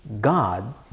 God